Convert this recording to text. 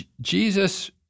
Jesus